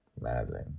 Madeline